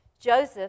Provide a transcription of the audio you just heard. Joseph